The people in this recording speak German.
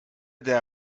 der